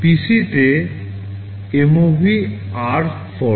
PCতে MOV r14